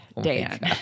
Dan